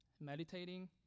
meditating